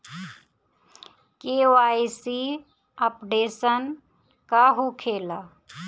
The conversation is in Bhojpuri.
के.वाइ.सी अपडेशन का होखेला?